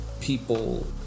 people